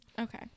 Okay